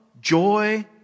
joy